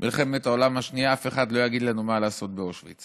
מלחמת העולם השנייה אף אחד לא יגיד לנו מה לעשות באושוויץ.